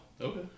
Okay